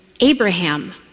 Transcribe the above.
Abraham